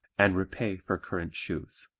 and repay for current shoes.